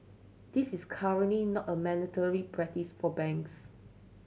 this is currently not a mandatory practice for banks